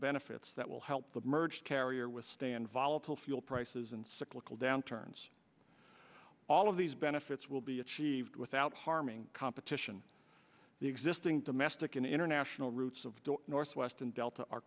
benefits that will help the merged carrier withstand volatile fuel prices and cyclical downturn all of these benefits will be achieved without harming competition the existing domestic and international routes of northwest and delta are